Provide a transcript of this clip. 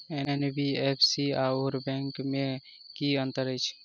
NBFC आओर bank मे की अंतर अछि?